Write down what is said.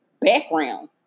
background